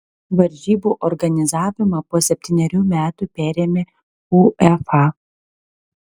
varžybų organizavimą po septynerių metų perėmė uefa